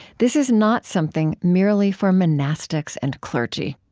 this is not something merely for monastics and clergy